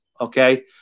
okay